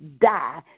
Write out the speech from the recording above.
die